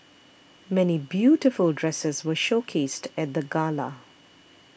many beautiful dresses were showcased at the gala